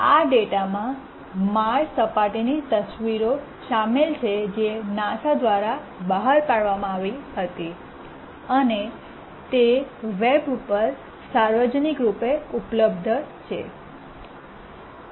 આ ડેટામાં માર્સ સપાટીની તસવીરો શામેલ છે જે નાસા દ્વારા બહાર પાડવામાં આવી હતી અને તે વેબ પર સાર્વજનિક રૂપે ઉપલબ્ધ છે